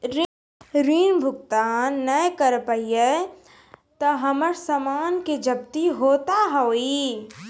ऋण भुगतान ना करऽ पहिए तह हमर समान के जब्ती होता हाव हई का?